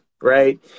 right